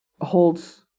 holds